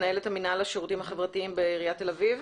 מנהלת מינהל השירותים חברתיים בעיריית תל אביב?